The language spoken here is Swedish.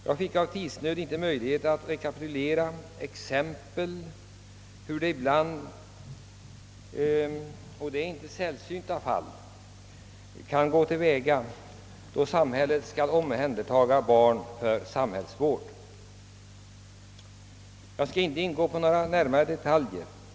På grund av tidsnöd hade jag inte då möjlighet att anföra exempel på hur det ibland — och dessa fall är inte sällsynta — kan gå till då samhället skall omhänderta barn för samhällsvård. Jag skall inte gå in på detaljer.